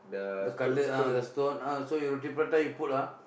the கல்லு:kallu ah the stone ah so you roti-prata you put ah